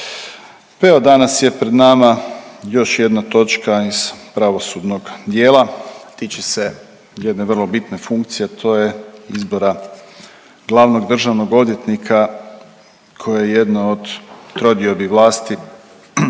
evo danas je pred nama još jedna točka iz pravosudnog dijela, a tiče se jedne vrlo bitne funkcije, a to je izbora glavnog državnog odvjetnika, koja je jedna od trodiobi vlasti,